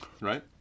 Right